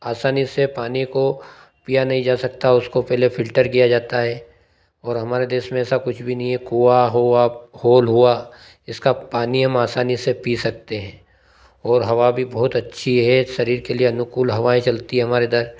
आसानी से पानी को पीया नहीं जा सकता उसको पहले फ़िल्टर किया जाता हे और हमारे देश में ऐसा कुछ भी नहीं है कुआँ हुआ होल हुआ इसका पानी हम आसानी से पी सकते हैं ओर हवा भी बहुत अच्छी है शरीर के लिए अनुकूल हवाएँ चलती हमारे इधर